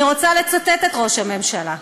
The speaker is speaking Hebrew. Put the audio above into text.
אני רוצה לצטט את ראש הממשלה: